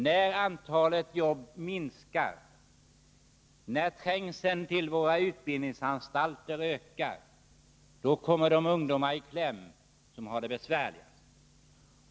När antalet jobb minskar och när trängseln till våra utbildningsanstalter ökar, kommer de ungdomar i kläm som har det besvärligt.